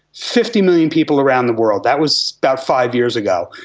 fifty million people around the world, that was about five years ago.